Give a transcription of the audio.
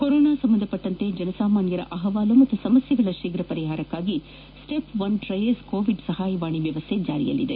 corona ಸಂಬಂಧಿಸಿದಂತೆ ಜನಸಾಮಾನ್ಯರ ಅಹವಾಲು ಮತ್ತು ಸಮಸ್ಯೆಗಳ ಶೀರ್ಘ್ರ ಪರಿಹಾರಕ್ಕಾಗಿ ಸ್ಟೆಪ್ ಒನ್ ಟ್ರೈಯೇಜ್ ಕೋವಿಡ್ ಸಹಾಯವಾಣಿ ವ್ಯವಸ್ದೆ ಜಾರಿಯಲ್ಲಿದೆ